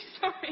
sorry